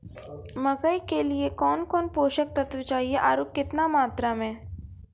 मकई के लिए कौन कौन पोसक तत्व चाहिए आरु केतना मात्रा मे?